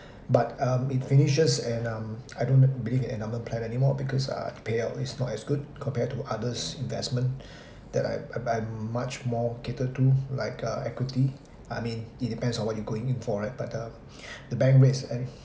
but um it finishes and err I don't believe endowment plan anymore because payout is not as good compared to others investment that I I buy much more cater to like uh equity I mean it depends on what you going in for right but uh the bank rates and